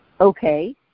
Okay